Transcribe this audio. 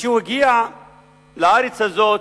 לארץ הזאת,